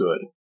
good